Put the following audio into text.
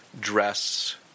dress